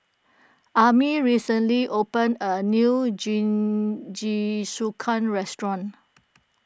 Amey recently opened a new Jingisukan restaurant